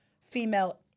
female